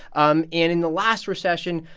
um in in the last recession,